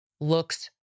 looks